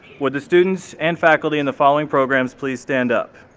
would the students and faculty in the following programs please stand up?